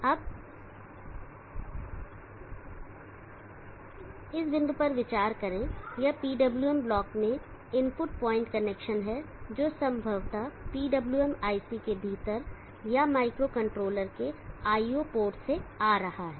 अब इस बिंदु पर विचार करें यह PWM ब्लॉक में इनपुट पॉइंट कनेक्शन है जो संभवतः PWM IC के भीतर या माइक्रोकंट्रोलर के IO पोर्ट से आ रहा है